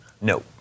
No